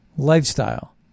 lifestyle